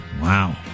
Wow